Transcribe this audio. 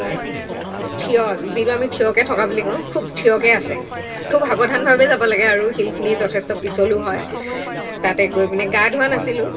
থিয় যিবোৰ আমি থিয়কৈ থকা বুলি কওঁ খুব থিয়কৈ আছে খুব সাৱধানভাৱে যাব লাগে আৰু শিলখিনি যথেষ্ট পিছলো হয় তাতে গৈ পিনে গা ধোৱা নাছিলোঁ